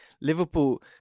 Liverpool